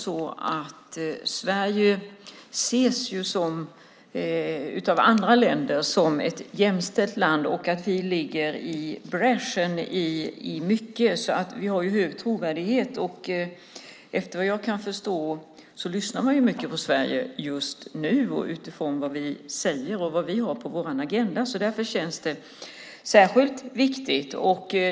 Sverige ses av andra länder som ett jämställt land och som ett land som ligger i bräschen i många sammanhang. Vi har således hög trovärdighet. Såvitt jag förstår lyssnar man mycket på Sverige just nu - utifrån vad vi säger och vad vi har på vår agenda. Därför känns detta särskilt viktigt.